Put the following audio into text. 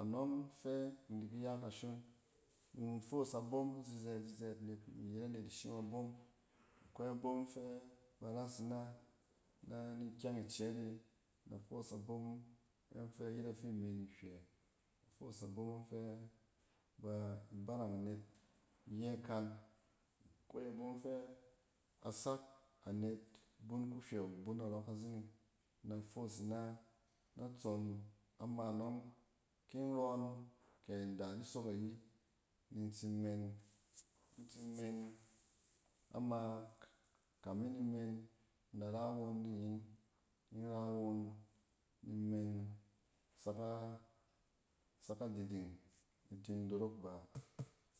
Anↄng fɛ in di ki ya kashon ni i foos abom zizɛt-zizɛt nek imi yet anet ishim abom. Akwai abom ↄng fe bar as ina na-ni kyɛng icɛɛt e. Nda foos abom ayↄng fɛ ayet afi men nhywɛ, in da foos abom ↄng fɛ asak anet bun kuhywɛ wu bun narↄ kazining in da foos ina, natson ama nↄng kin rↄↄn kɛ nda di sok ayi ni intsin men, in tsin men, ama kamin ni in men in dara won ninyɛn ki in ra won, ni in men sak a-sak adiding ni in tin dorok ba.